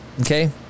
Okay